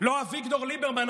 לא אביגדור ליברמן,